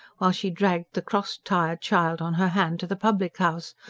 while she dragged the cross, tired child on her hand to the public-house,